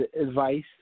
advice